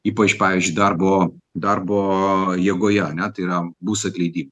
ypač pavyzdžiui darbo darbo jėgoje ane tai yra bus atleidimų